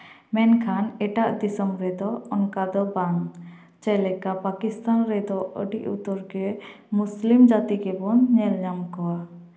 ᱢᱮᱱᱠᱷᱟᱱ ᱮᱴᱟᱜ ᱫᱤᱥᱚᱢ ᱨᱮᱫᱚ ᱚᱱᱠᱟ ᱫᱚ ᱵᱟᱝ ᱡᱮᱞᱮᱠᱟ ᱯᱟᱠᱤᱥᱛᱷᱟᱱ ᱨᱮᱫᱚ ᱟᱹᱰᱤ ᱩᱛᱟᱹᱨ ᱜᱮ ᱢᱩᱥᱞᱤᱢ ᱡᱟᱹᱛᱤ ᱜᱮᱵᱚᱱ ᱧᱮᱞ ᱧᱟᱢ ᱠᱚᱣᱟ